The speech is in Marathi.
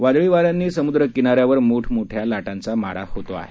वादळी वाऱ्यांनी समूद्र किनाऱ्यावर मोठमोठ्या लाटांचा मारा होत आहे